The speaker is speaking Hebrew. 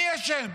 מי אשם?